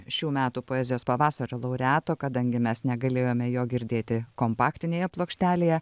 šių metų poezijos pavasario laureato kadangi mes negalėjome jo girdėti kompaktinėje plokštelėje